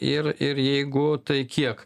ir ir jeigu tai kiek